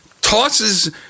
tosses